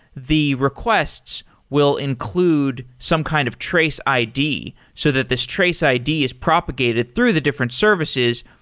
the requests will include some kind of trace id so that this trace id is propagated through the different services.